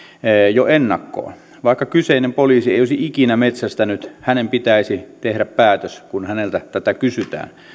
jo ennakkoon vaikka kyseinen poliisi ei olisi ikinä metsästänyt hänen pitäisi tehdä päätös kun häneltä tätä kysytään